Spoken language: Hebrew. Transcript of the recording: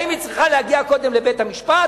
האם היא צריכה להגיע קודם לבית-המשפט